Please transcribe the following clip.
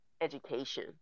education